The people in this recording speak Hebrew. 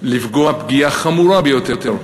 לפגוע פגיעה חמורה ביותר,